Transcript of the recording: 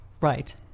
Right